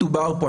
דובר פה,